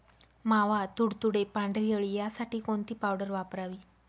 मावा, तुडतुडे, पांढरी अळी यासाठी कोणती पावडर वापरावी?